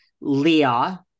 Leah